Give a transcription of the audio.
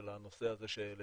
של הנושא הזה שהעלית.